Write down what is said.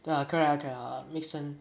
ya correct ah correct ah makes sense